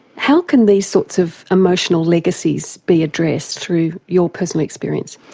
how can these sorts of emotional legacies be addressed, through your personal experience?